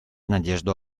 надежду